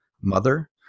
mother